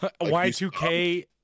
y2k